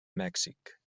mèxic